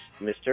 Mr